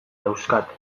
dauzkate